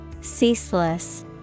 Ceaseless